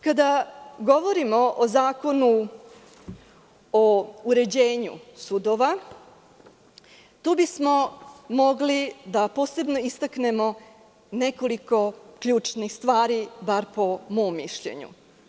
Kada govorimo o Zakonu o uređenju sudova, tu bismo mogli posebno da istaknemo nekoliko ključnih stvari, bar po mom mišljenju.